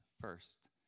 first